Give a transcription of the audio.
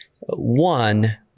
One